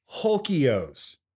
Hulkios